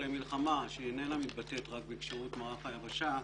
למלחמה שהיא איננה מתבטאת רק בכשירות מערך היבשה,